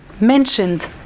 mentioned